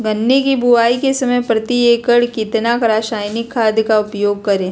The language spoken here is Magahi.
गन्ने की बुवाई के समय प्रति एकड़ कितना रासायनिक खाद का उपयोग करें?